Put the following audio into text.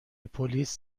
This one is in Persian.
پلیس